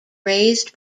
raised